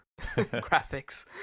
graphics